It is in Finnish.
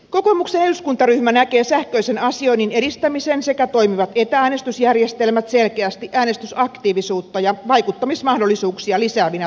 kokoomuksen eduskuntaryhmä näkee sähköisen asioinnin edistämisen sekä toimivat etä äänestysjärjestelmät selkeästi äänestysaktiivisuutta ja vaikuttamismahdollisuuksia lisäävinä toimenpiteinä